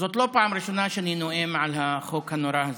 זאת לא פעם ראשונה שאני נואם על החוק הנורא הזה.